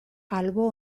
albo